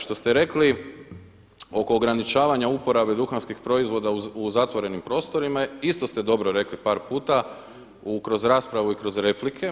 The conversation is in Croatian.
Što ste rekli oko ograničavanja uporabe duhanskih proizvoda u zatvorenim prostorima isto ste rekli dobro par puta kroz raspravu i kroz replike.